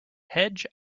hedge